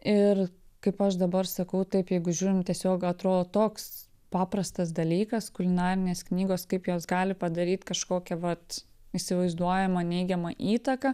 ir kaip aš dabar sakau taip jeigu žiūrim tiesiog atrodo toks paprastas dalykas kulinarinės knygos kaip jos gali padaryt kažkokią vat įsivaizduojamą neigiamą įtaką